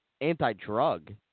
anti-drug